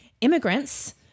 immigrants